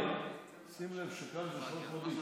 שים לב שכאן זה 300 איש.